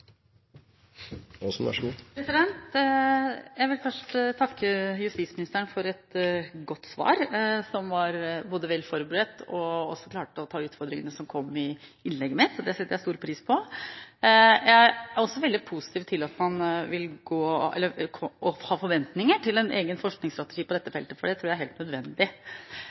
Jeg vil først takke justisministeren for et godt svar, som både var vel forberedt og klarte å ta utfordringene som kom i innlegget mitt. Det setter jeg stor pris på. Jeg er også veldig positiv til og har forventninger til en egen forskningsstrategi på dette feltet, for det tror jeg er helt nødvendig.